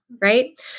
right